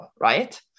right